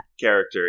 character